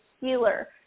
healer